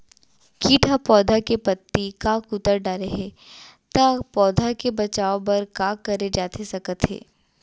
किट ह पौधा के पत्ती का कुतर डाले हे ता पौधा के बचाओ बर का करे जाथे सकत हे?